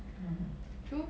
ya hor true